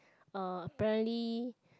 uh apparently